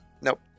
Nope